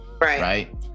right